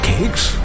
Cakes